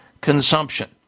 consumption